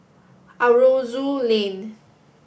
Aroozoo Lane